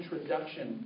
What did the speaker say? introduction